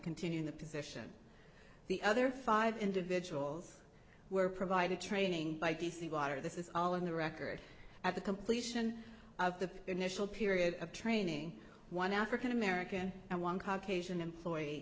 continue in the position the other five individuals were provided training by d c water this is all in the record at the completion of the initial period of training one african american and one caucasian employee